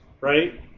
Right